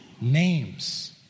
Names